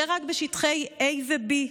זה רק בשטחי A ו-B.